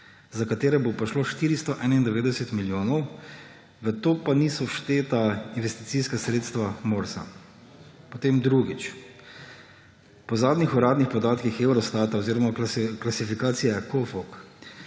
za katere bo pa šlo 491 milijonov. V to pa niso všteta investicijska sredstva Morsa. Potem drugič. Po zadnjih uradnih podatkih Eurostata oziroma klasifikacije COFOG